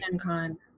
con